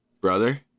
brother